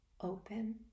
open